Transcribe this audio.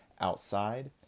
outside